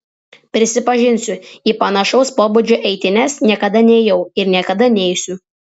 prisipažinsiu į panašaus pobūdžio eitynes niekada neėjau ir niekada neisiu